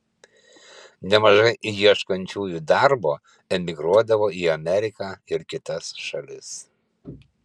nemažai ieškančiųjų darbo emigruodavo į ameriką ir kitas šalis